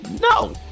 No